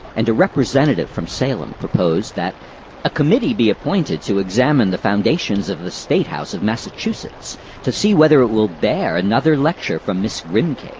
and a representative from salem proposed that a committee be appointed to examine the foundations of the state house of massachusetts to see whether it will bear another lecture from miss grimke!